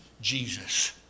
Jesus